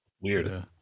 weird